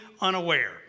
unaware